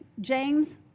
James